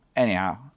Anyhow